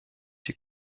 die